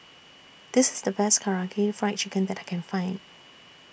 This IS The Best Karaage Fried Chicken that I Can Find